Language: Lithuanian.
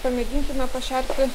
pamėginkime pašerti